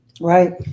Right